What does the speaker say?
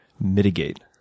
mitigate